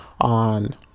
on